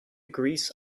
grease